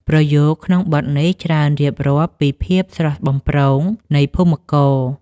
ប្រយោគក្នុងបទនេះច្រើនរៀបរាប់ពីភាពស្រស់បំព្រងនៃភូមិករ។